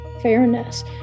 fairness